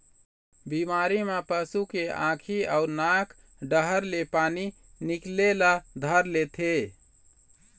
बिमारी म पशु के आँखी अउ नाक डहर ले पानी निकले ल धर लेथे